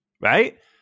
right